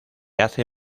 hace